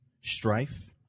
strife